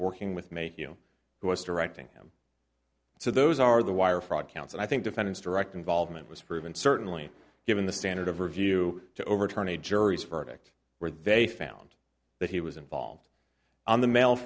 working with me you know who was directing him so those are the wire fraud counts and i think defendants direct involvement was proven certainly given the standard of review to overturn a jury's verdict where they found that he was involved on the ma